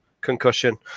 concussion